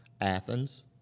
Athens